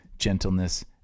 gentleness